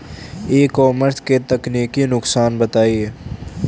ई commerce के तकनीकी नुकसान बताएं?